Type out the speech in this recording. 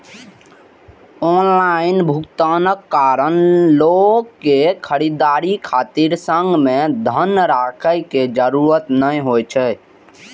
online भुगतानक कारण लोक कें खरीदारी खातिर संग मे धन राखै के जरूरत नै होइ छै